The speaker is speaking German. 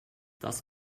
das